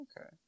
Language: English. okay